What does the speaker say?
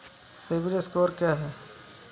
CIBIL score क्या है?